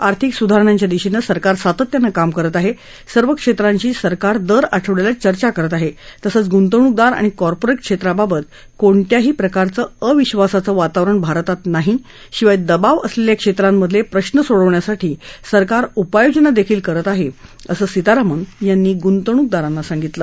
आर्थिक सुधारणांच्या दिशेनं सरकार सातत्यानं काम करत आहे सर्व क्षेत्रांशी सरकार दर आठवड्याला चर्चा करत आहे तसंच गुंतवणूकदार आणि कार्पोरेट क्षेत्राबाबत कोणत्याही प्रकारचं अविधासाचं वातावरण भारतात नाही शिवाय दबाव असलेल्या क्षेत्रांमधले प्रश्न सोडवण्यासाठी सरकार उपाय योजनाही करत आहे असं सीतारामन यांनी गुंतवणूकदारांना सांगितलं